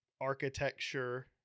architecture